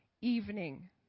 evening